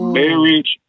marriage